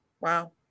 wow